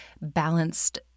balanced